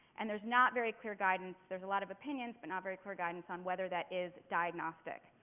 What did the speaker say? and there's not very clear guidance. there's a lot of opinions but not very clear guidance on whether that is diagnostic.